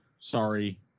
Sorry